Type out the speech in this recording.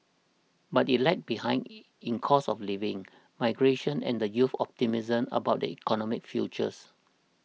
but it lagged behind in cost of living migration and the youth's optimism about their economic future